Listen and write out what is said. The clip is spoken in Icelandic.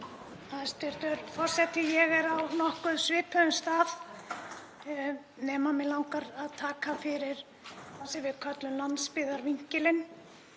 Hæstv. forseti. Ég er á nokkuð svipuðum stað, nema mig langar að taka fyrir það sem við köllum landsbyggðarvinkilinn.